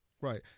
right